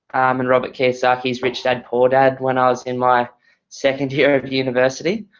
and robert kiyosaki's rich dad, poor dad when i was in my second year of university.